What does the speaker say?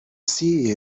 see